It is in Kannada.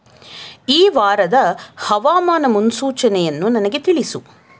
ಈ ವಾರದ ಹವಾಮಾನ ಮುನ್ಸೂಚನೆಯನ್ನು ನನಗೆ ತಿಳಿಸು